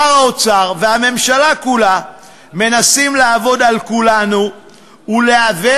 שר האוצר והממשלה כולה מנסים לעבוד על כולנו ולעוות